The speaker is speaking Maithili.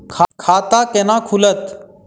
खाता केना खुलत?